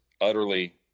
utterly